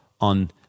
on